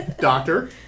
doctor